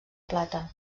plata